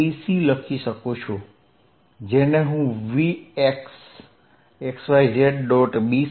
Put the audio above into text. bc લખી શકું જેને હું vx xyz